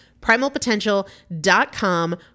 Primalpotential.com